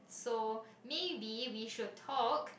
so maybe we should talk